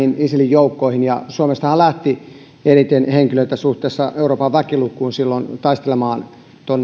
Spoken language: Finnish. isilin joukkoihin suomestahan lähti silloin eniten henkilöitä euroopassa suhteessa väkilukuun taistelemaan